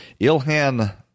Ilhan